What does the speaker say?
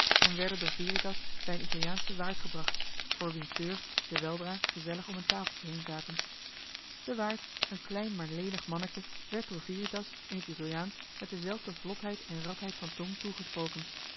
en werden door veritas bij een italiaanschen waard gebracht voor wiens deur ze weldra gezellig om een tafeltje heenzaten de waard een klein maar lenig manneke werd door veritas in het italiaansch met dezelfde vlotheid en radheid van tong toegesproken